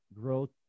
growth